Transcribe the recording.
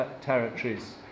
territories